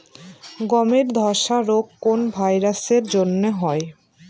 গমের ধসা রোগ কোন ভাইরাস এর জন্য হয়?